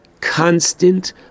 constant